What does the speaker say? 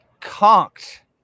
conked